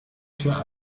für